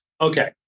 Okay